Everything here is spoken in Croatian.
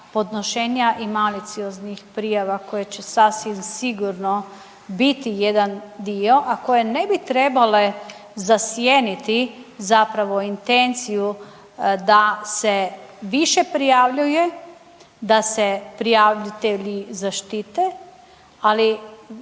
podnošenja i malicioznih prijava koje će sasvim sigurno biti jedan dio, a koje ne bi trebale zasjeniti zapravo intenciju da se više prijavljuje, da se prijavitelji zaštite, ali